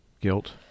guilt